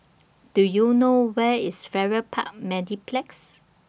Do YOU know Where IS Farrer Park Mediplex